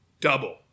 double